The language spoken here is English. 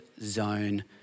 zone